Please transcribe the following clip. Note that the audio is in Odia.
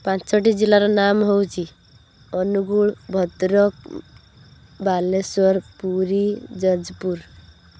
ପାଞ୍ଚଟି ଜିଲ୍ଲାର ନାମ ହେଉଛି ଅନୁଗୁଳ ଭଦ୍ରକ ବାଲେଶ୍ୱର ପୁରୀ ଯାଜପୁର